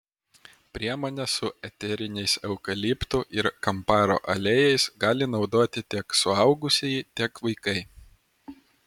priemonę su eteriniais eukaliptų ir kamparo aliejais gali naudoti tiek suaugusieji tiek vaikai